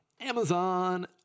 Amazon